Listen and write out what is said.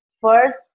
first